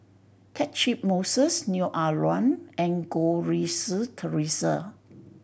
Catchick Moses Neo Ah Luan and Goh Rui Si Theresa